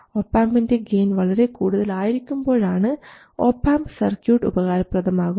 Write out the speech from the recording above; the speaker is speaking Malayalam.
ഒപാംപിൻറെ ഗെയിൻ വളരെ കൂടുതൽ ആയിരിക്കുമ്പോഴാണ് ഒപാംപ് സർക്യൂട്ട് ഉപകാരപ്രദമാകുന്നത്